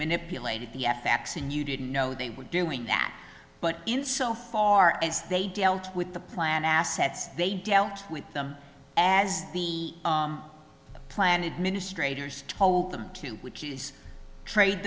manipulated the f x and you didn't know they were doing that but in so far as they dealt with the plan assets they dealt with them as the plan administrator told them to which is trade